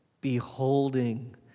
Beholding